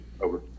Over